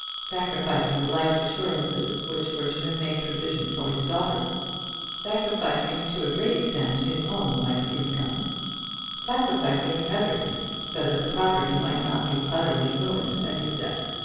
sacrificing the life assurances which were to have made provision for his daughter sacrificing, to a great extent, his own life income sacrificing everything, so that the property might not be utterly ruined at his death.